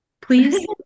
please